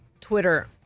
Twitter